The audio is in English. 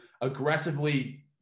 aggressively